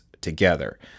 together